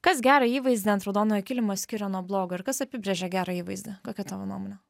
kas gerą įvaizdį ant raudonojo kilimo skiria nuo blogo ir kas apibrėžia gerą įvaizdį kokia tavo nuomonė